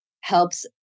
helps